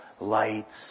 lights